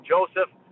Joseph